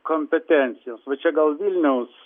kompetencijos va čia gal vilniaus